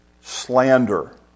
slander